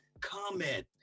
comment